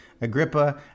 Agrippa